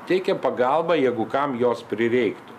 teikia pagalbą jeigu kam jos prireiktų